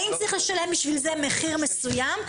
האם צריך לשלם בשביל זה מחיר מסוים?